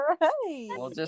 Right